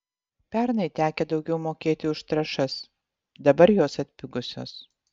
pernai tekę daugiau mokėti už trąšas dabar jos atpigusios